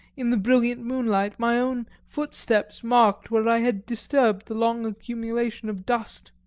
in the brilliant moonlight, my own footsteps marked where i had disturbed the long accumulation of dust.